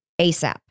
ASAP